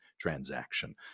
transaction